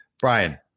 Brian